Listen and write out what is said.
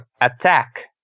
attack